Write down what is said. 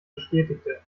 bestätigte